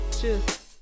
Cheers